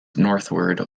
northward